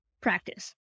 practice